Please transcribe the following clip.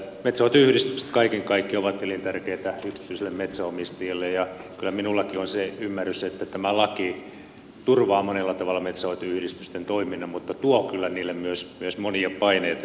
metsänhoitoyhdistykset kaiken kaikkiaan ovat elintärkeitä yksityisille metsänomistajille ja kyllä minullakin on se ymmärrys että tämä laki turvaa monella tavalla metsänhoitoyhdistysten toiminnan mutta tuo kyllä niille myös monia paineita ja haasteita